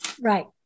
Right